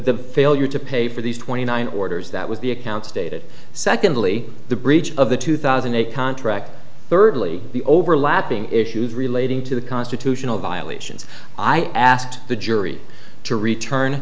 the failure to pay for these twenty nine orders that was the account stated secondly the breach of the two thousand contract thirdly the overlapping issues relating to the constitutional violations i asked the jury to return